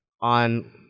on